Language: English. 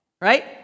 Right